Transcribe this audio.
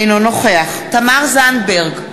אינו נוכח תמר זנדברג,